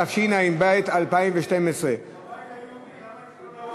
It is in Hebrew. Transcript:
התשע"ב 2012. הוא הבית היהודי,